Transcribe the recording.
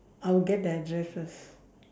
I'll get the address first